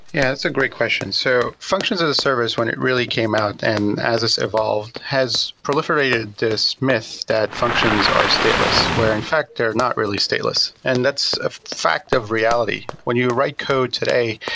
yeah, that's a great question. so function as a service when it really came out and as this evolved has proliferated this myth that functions are stateless. where in fact, they're not really stateless. and that's a fact of reality. when you write code today,